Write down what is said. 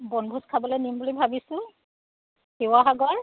বনভোজ খাবলৈ নিম বুলি ভাবিছোঁ শিৱসাগৰ